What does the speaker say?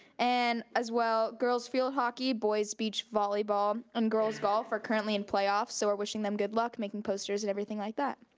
and as well, girls field hockey, boys beach volleyball, and girls golf, are currently in playoffs so we're wishing them good luck, making posters, and everything like that.